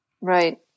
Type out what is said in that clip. Right